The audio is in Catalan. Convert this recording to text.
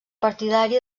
partidari